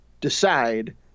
decide